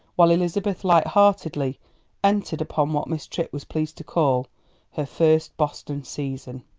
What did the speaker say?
while elizabeth light-heartedly entered upon what miss tripp was pleased to call her first boston season.